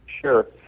Sure